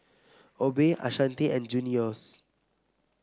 Obe Ashanti and Junious